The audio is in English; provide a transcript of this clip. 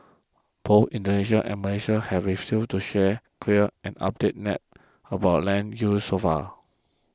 both Indonesia and Malaysia have refused to share clear and updated maps about land use so far